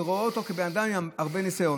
ורואה אותו כאדם עם הרבה ניסיון?